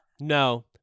no